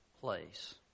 place